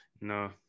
No